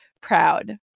proud